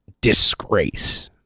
Disgrace